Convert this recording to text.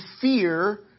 fear